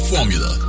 Formula